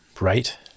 right